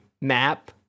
map